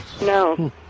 No